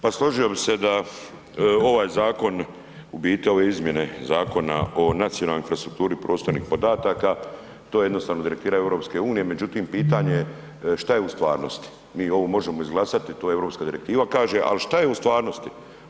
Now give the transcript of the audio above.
Pa složio bi se da ovaj zakon, u biti ove izmjene Zakona o nacionalnoj infrastrukturi prostornih podataka, to je jednostavno direktiva EU-a međutim pitanje je šta je u stvarnosti, mi ovo možemo izglasati, to je europska direktiva kažem ali šta je u stvarnosti?